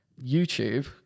YouTube